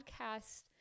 podcast